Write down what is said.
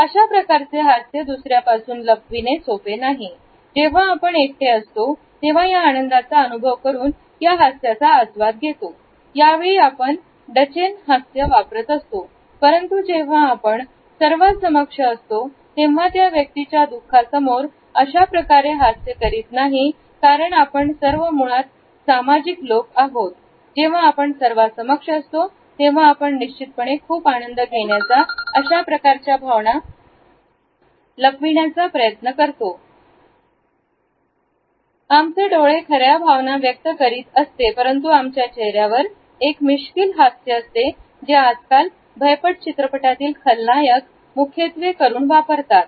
अशा प्रकारचे हास्य दुसऱ्यापासून लपविणे सोपे नाही जेव्हा आपण एकटे असतो तेव्हा आनंदाचा अनुभव करून या हास्याचा आस्वाद घेतो यावेळी आपण ड चेन हास्य वापरत असतो परंतु जेव्हा आपण सर्वांसमक्ष असतो तेव्हा त्या व्यक्तीच्या दुःखा समोर अशाप्रकारे हास्य करीत नाही कारण आपण सर्व मुळात सामाजिक लोक आहोत जेव्हा आपण सर्वासमक्ष असतो तेव्हा आपण निश्चितपणे खूप आनंद घेण्याच्या अशा प्रकारच्या भावना लपविण्याचा प्रयत्न करतो आमचे डोळे खऱ्या भावना व्यक्त करीत असते परंतु आमच्या चेहऱ्यावर एक मिश्किल हास्य असते जे आजकाल भयपट चित्रपटातील खलनायक मुख्यत्वे वापरतात